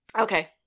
Okay